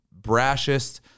brashest